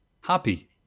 Happy